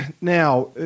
Now